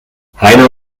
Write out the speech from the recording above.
heiner